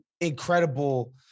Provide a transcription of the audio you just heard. incredible